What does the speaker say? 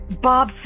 Bob